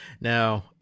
Now